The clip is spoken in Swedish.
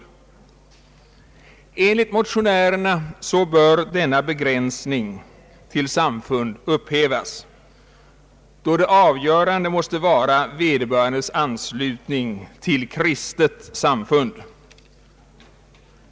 Enligt motionärerna bör denna begränsning till samfund upphävas då dei avgörande måste vara vederbörandes anslutning till kristet samfund.